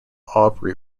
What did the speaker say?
aubrey